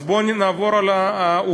אז בואו נעבור על העובדות,